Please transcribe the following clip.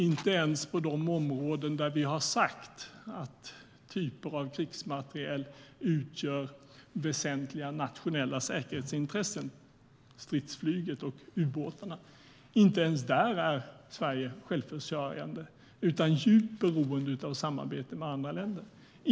Inte ens på de områden där vi har sagt att typer av krigsmateriel utgör väsentliga nationella säkerhetsintressen - stridsflyget och ubåtarna - är Sverige självförsörjande utan djupt beroende av samarbete med andra länder.